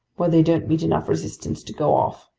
where they don't meet enough resistance to go off.